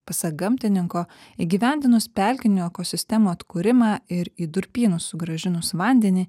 pasak gamtininko įgyvendinus pelkinių ekosistemų atkūrimą ir į durpynus sugrąžinus vandenį